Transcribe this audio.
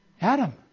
Adam